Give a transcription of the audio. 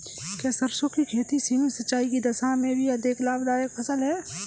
क्या सरसों की खेती सीमित सिंचाई की दशा में भी अधिक लाभदायक फसल है?